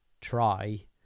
try